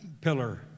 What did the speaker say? pillar